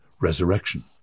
resurrection